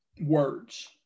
words